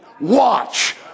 Watch